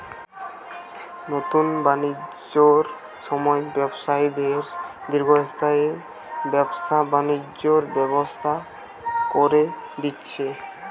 নুতন বাণিজ্যের সময়ে ব্যবসায়ীদের দীর্ঘস্থায়ী ব্যবসা বাণিজ্যের ব্যবস্থা কোরে দিচ্ছে